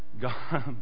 God